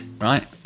Right